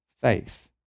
faith